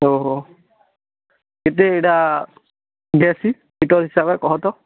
ଓଃ କେତେଟା ଏଇଟା ଦେଏସି ଫୁଟ ହିସାବରେ କହ ତ